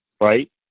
right